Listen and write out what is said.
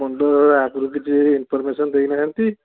ଆପଣ ତ ଆଗରୁ କିଛି ଇନ୍ଫର୍ମେସନ୍ ଦେଇ ନାହାଁନ୍ତି